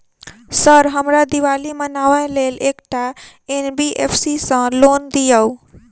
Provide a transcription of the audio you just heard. Sir हमरा दिवाली मनावे लेल एकटा एन.बी.एफ.सी सऽ लोन दिअउ?